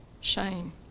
shame